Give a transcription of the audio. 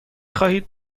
خواهید